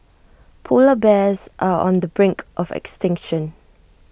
Polar Bears are on the brink of extinction